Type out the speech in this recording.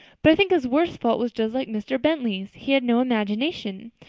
but i think his worst fault was just like mr. bentley's he had no imagination.